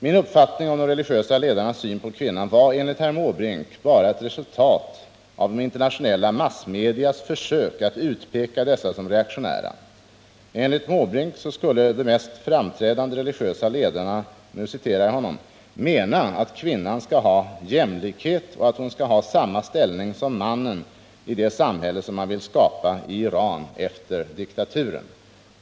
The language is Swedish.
Min uppfattning om de religiösa ledarnas syn på kvinnan var enligt herr Måbrink bara resultatet av internationella massmedias försök att utpeka dessa som reaktionära. Enligt Bertil Måbrink skulle de mest framträdande religiösa ledarna mena ”att kvinnan skall ha jämlikhet och att hon skall ha samma ställning som mannen i det samhälle som man vill skapa i Iran efter diktaturen”.